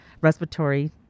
respiratory